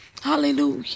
Hallelujah